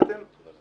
שיצאתם אליו,